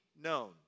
known